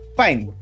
fine